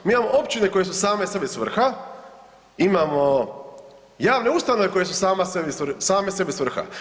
Mi imamo općine koje su same sebi svrha, imamo javne ustanove koje su same sebi svrha.